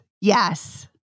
yes